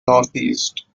northeast